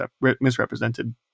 misrepresented